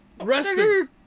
Resting